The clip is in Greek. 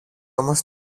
όμως